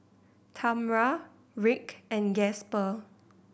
Tamra Rick and Gasper